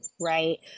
Right